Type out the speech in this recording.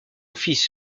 fils